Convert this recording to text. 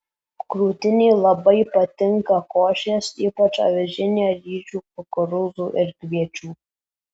krūtinei labai patinka košės ypač avižinė ryžių kukurūzų ir kviečių